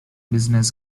business